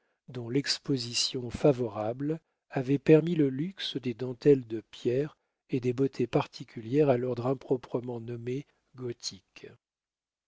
dont l'exposition favorable avait permis le luxe des dentelles de pierre et des beautés particulières à l'ordre improprement nommé gothique